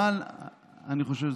אבל אני חושב,